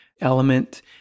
element